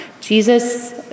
jesus